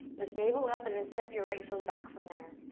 lift navel up and then step your right toes back from there.